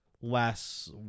less